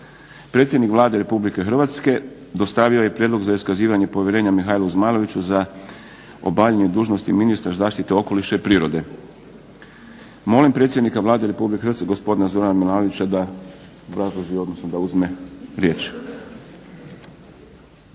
Predsjednik Vlade Republike Hrvatske dostavio je prijedlog za iskazivanje povjerenja Mihaelu Zmajloviću za obavljanje dužnosti ministra zaštite okoliša i prirode. Molim predsjednika Vlade Republike Hrvatske, gospodina Zorana Milanovića da obrazloži